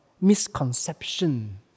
misconception